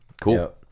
Cool